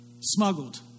smuggled